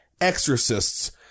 exorcists